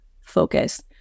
focus